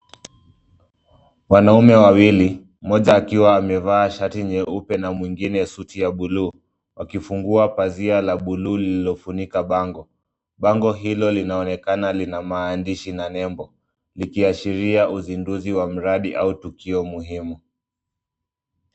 Wanaume wawili, mmoja akiwa amevaa shati nyeupe na mwingine suti ya buluu, wakifungua pazia la buluu lililofunika bango. Bango hilo linaonekana lina maandishi na nembo Likiashiria uzinduzi wa mradi au tukio muhimu.